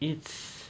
it's